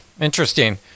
Interesting